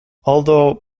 although